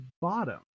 bottom